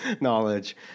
knowledge